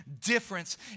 difference